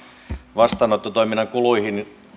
vastaanottotoiminnan kuluihin